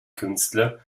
künstler